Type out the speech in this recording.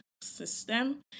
system